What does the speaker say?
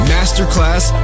Masterclass